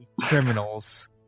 criminals